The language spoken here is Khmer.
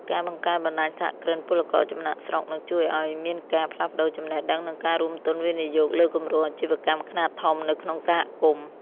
ការបង្កើត "បណ្ដាញសហគ្រិនពលករចំណាកស្រុក" នឹងជួយឱ្យមានការផ្លាស់ប្តូរចំណេះដឹង និងការរួមទុនវិនិយោគលើគម្រោងអាជីវកម្មខ្នាតធំនៅក្នុងសហគមន៍។